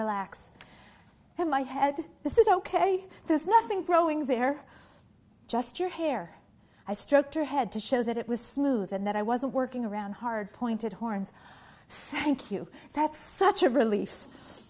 relax and my head this is ok there's nothing growing there just your hair i stroked her head to show that it was smooth and that i wasn't working around hard pointed horns thank you that's such a rel